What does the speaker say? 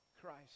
Christ